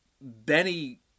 Benny